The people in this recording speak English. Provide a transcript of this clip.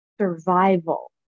survival